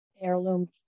heirloom